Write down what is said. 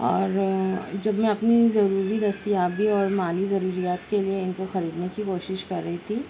اور جب میں اپنی ضروری دستیابی اور مالی ضروریات کے لیے ان کو خریدنے کی کوشش کر رہی تھی